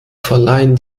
verleihen